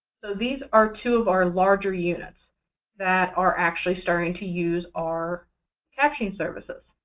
so these are two of our larger units that are actually starting to use our captioning services.